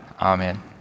Amen